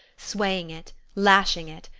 swaying it, lashing it,